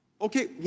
Okay